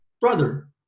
brother